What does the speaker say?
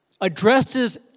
addresses